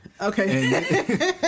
Okay